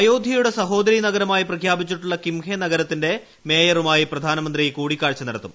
അയോദ്ധ്യയുടെ സഹോദരി നഗരമായി പ്രഖ്യാപിച്ചിട്ടുള്ള കിംഹേ നഗരത്തിന്റെ മേയറുമായി പ്രധാന്യമന്ത്രി കൂടിക്കാഴ്ച നടത്തും